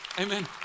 Amen